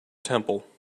temple